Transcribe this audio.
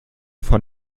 von